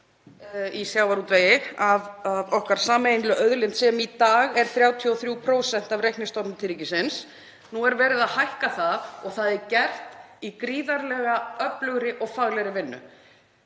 í sjávarútvegi af okkar sameiginlegu auðlind sem í dag er 33% af reiknistofni til ríkisins. Nú er verið að hækka það og það er gert í gríðarlega öflugri og faglegri vinnu.